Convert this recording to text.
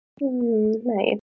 Nice